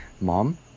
mom